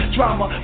Drama